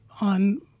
on